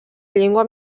llengua